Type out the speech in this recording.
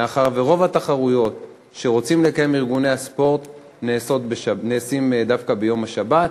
מאחר שרוב התחרויות שארגוני הספורט רוצים לקיים נעשות דווקא ביום שבת,